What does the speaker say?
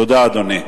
תודה, אדוני.